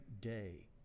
day